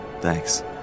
Thanks